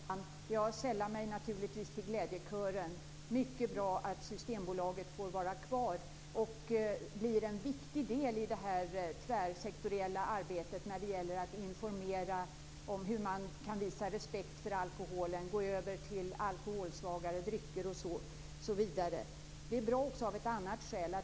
Herr talman! Jag sällar mig naturligtvis till glädjekören. Det är mycket bra att Systembolaget får vara kvar och bli en viktig del i det tvärsektoriella arbetet med att informera om hur man kan visa respekt för alkoholen, gå över till alkoholsvagare drycker osv. Det är bra också av ett annat skäl.